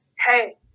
Hey